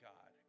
God